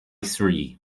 sri